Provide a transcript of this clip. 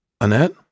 Annette